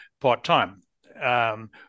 part-time